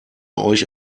euch